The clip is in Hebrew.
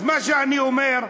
אז מה שאני אומר,